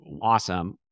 awesome